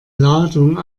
ladung